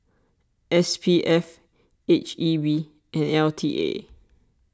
S P F H E B and L T A